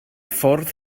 ffordd